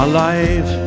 Alive